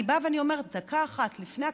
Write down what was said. אני באה ואני אומרת: דקה אחת לפני הקטסטרופה,